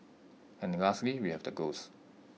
and lastly we have the ghosts